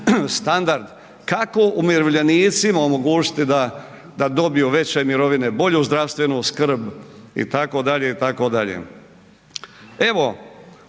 standard, kako umirovljenicima omogućiti da dobiju veće mirovine, bolju zdravstvenu skrb itd.,